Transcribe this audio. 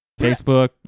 Facebook